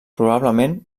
probablement